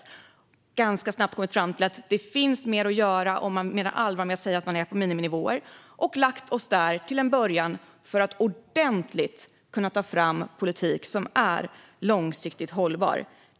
Vi hade ganska snabbt kommit fram till att det finns mer att göra om man menar allvar med det man säger om att vara på miniminivåer. Vi hade lagt oss där till en början för att ordentligt kunna ta fram politik som är långsiktigt hållbar.